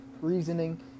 reasoning